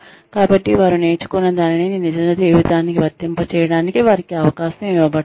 కాబట్టి వారు నేర్చుకున్నదానిని నిజ జీవితానికి వర్తింపజేయడానికి వారికి అవకాశం ఇవ్వబడుతుంది